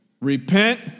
Repent